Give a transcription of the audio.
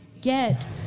get